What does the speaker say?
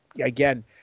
Again